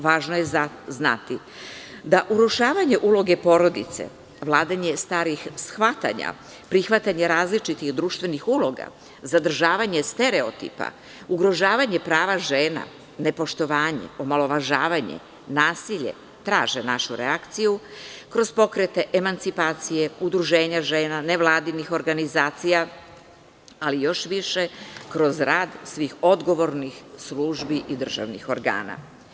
Važno je znati da urušavanje uloge porodice, vladanje starijih shvatanja, prihvatanje različitih društvenih uloga, zadržavanje stereotipa, ugrožavanje prava žena, nepoštovanje, omalovažavanje i nasilje traže našu reakciju kroz pokrete emancipacije, udruženja žena, nevladinih organizacija, ali još više kroz rad svih odgovornih službi i državnih organa.